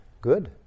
good